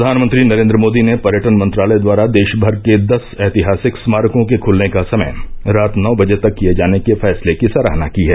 प्रधानमंत्री नरेन्द्र मोदी ने पर्यटन मंत्रालय द्वारा देशभर के दस ऐतिहासिक स्मारकों के खुलने का समय रात नौ बजे तक किये जाने के फैसले की सराहना की है